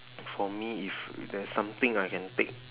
for me if there's something I can take